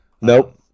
Nope